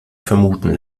vermuten